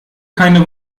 keine